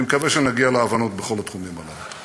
אני מקווה שנגיע להבנות בכל התחומים הללו.